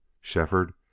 Shefford